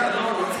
יאללה, נו.